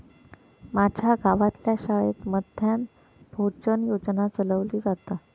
माज्या गावातल्या शाळेत मध्यान्न भोजन योजना चलवली जाता